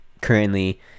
currently